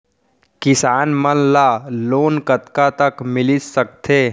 किसान मन ला लोन कतका तक मिलिस सकथे?